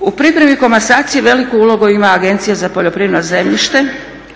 U pripremi komasacije veliku ulogu ima Agencija za poljoprivredno zemljište,